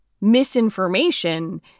misinformation